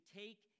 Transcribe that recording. take